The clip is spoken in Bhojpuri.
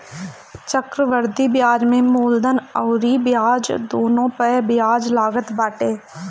चक्रवृद्धि बियाज में मूलधन अउरी ब्याज दूनो पअ बियाज लागत बाटे